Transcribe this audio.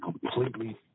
completely